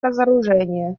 разоружение